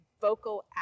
vocal